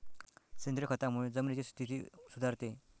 सेंद्रिय खतामुळे जमिनीची स्थिती सुधारते